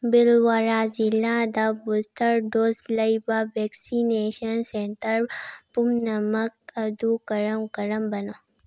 ꯕꯤꯜꯋꯥꯔꯥ ꯖꯤꯜꯂꯥꯗ booster dose ꯂꯩꯕ vaccination centre ꯄꯨꯝꯅꯃꯛ ꯑꯗꯨ ꯀꯔꯝ ꯀꯔꯝꯕꯅꯣ